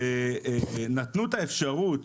ונתנו את האפשרות